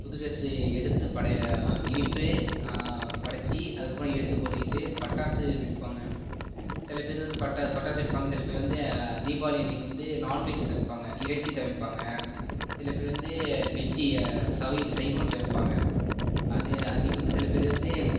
புது ட்ரெஸ்ஸு எடுத்து படைய இனிப்பு படச்சு அதுக்கப்புறம் எடுத்து போட்டுக்கிட்டு பட்டாசு வெடிப்பாங்கள் சில பேர் வந்து பட்ட பட்டாசு வெடிப்பாங்கள் சில பேர் வந்து தீபாவளி அன்றைக்கு வந்து நான் வெஜ் சமைப்பாங்க இறைச்சி சமைப்பாங்க சில பேர் வந்து வெஜ்ஜி சவி சைவம் சமைப்பாங்க அது அன்றைக்கி வந்து சில பேர் வந்து